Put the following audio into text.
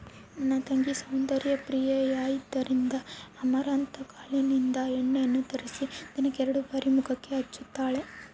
ನನ್ನ ತಂಗಿ ಸೌಂದರ್ಯ ಪ್ರಿಯೆಯಾದ್ದರಿಂದ ಅಮರಂತ್ ಕಾಳಿನಿಂದ ಎಣ್ಣೆಯನ್ನು ತಯಾರಿಸಿ ದಿನಕ್ಕೆ ಎರಡು ಬಾರಿ ಮುಖಕ್ಕೆ ಹಚ್ಚುತ್ತಾಳೆ